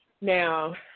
Now